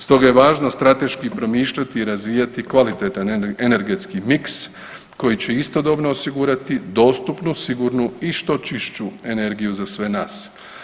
Stoga je važno strateški promišljati i razvijati kvalitetan energetski miks koji će istodobno osigurati dostupnu, sigurnu i što čišću energiju za sve nas.